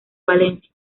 valencia